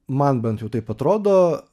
man bent jau taip atrodo